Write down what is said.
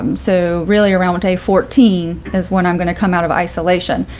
um so really around day fourteen is when i'm going to come out of isolation,